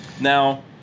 Now